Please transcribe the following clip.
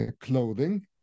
clothing